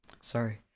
Sorry